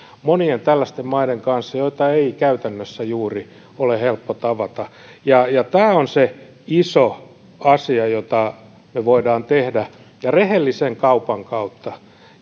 monien tällaisten maiden kanssa joita ei käytännössä juuri ole helppo tavata ja ja tämä on se iso asia jota me voimme tehdä ja rehellisen kaupan kautta